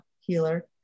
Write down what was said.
healer